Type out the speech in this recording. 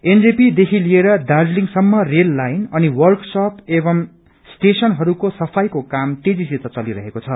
NJP देखि लिएर दार्जीलिङ समम रेल लाईन अनि वर्कशप एवं स्टेशनहरूको सफाईको काम तेजीसित चलिरहेको छ